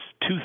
two